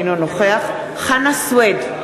אינו נוכח חנא סוייד,